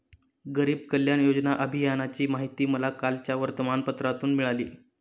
गरीब कल्याण योजना अभियानाची माहिती मला कालच्या वर्तमानपत्रातून मिळाली